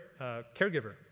caregiver